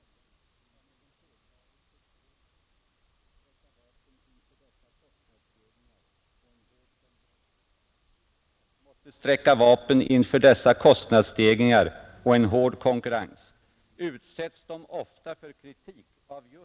När enskilda företag måste sträcka vapen inför dessa kostnadsstegringar och en hård konkurrens utsätts de ofta för kritik av just socialdemokratiska tidningar.